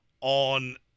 on